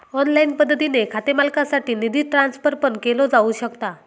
online पद्धतीने खाते मालकासाठी निधी ट्रान्सफर पण केलो जाऊ शकता